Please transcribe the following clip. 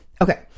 Okay